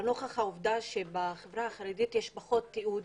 לנוכח העובדה שבחברה החרדית יש פחות תיעוד